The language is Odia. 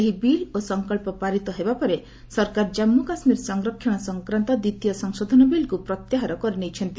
ଏହି ବିଲ୍ ଓ ସଂକଳ୍ପ ପାରିତ ହେବା ପରେ ସରକାର ଜାନ୍ଧୁ କାଶ୍ମୀର ସଂରକ୍ଷଣ ସଂକ୍ରାନ୍ତ ଦ୍ୱିତୀୟ ସଂଶୋଧନ ବିଲ୍କୁ ପ୍ରତ୍ୟାହାର କରିନେଇଛନ୍ତି